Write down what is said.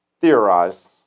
theorize